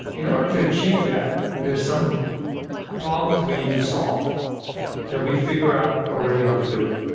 in order to achieve that, there's some problems we need to solve that we figure out already how to do it.